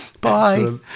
Bye